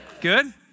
Good